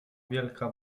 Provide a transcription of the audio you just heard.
wielka